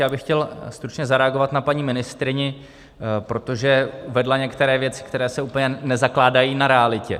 Já bych chtěl stručně zareagovat na paní ministryni, protože uvedla některé věci, které se úplně nezakládají na realitě.